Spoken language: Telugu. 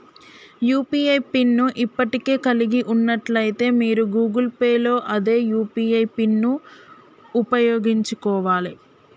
యూ.పీ.ఐ పిన్ ను ఇప్పటికే కలిగి ఉన్నట్లయితే మీరు గూగుల్ పే లో అదే యూ.పీ.ఐ పిన్ను ఉపయోగించుకోవాలే